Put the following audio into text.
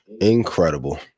incredible